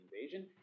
invasion